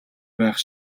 байх